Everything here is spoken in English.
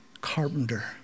carpenter